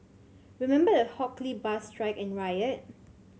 remember the Hock Lee bus strike and riot